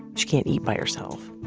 she can't eat by herself.